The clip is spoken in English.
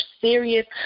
serious